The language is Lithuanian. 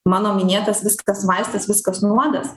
mano minėtas viskas vaistas viskas nuodas